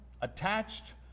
attached